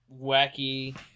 wacky